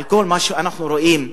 כל מה שאנחנו רואים,